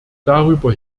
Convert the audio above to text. darüber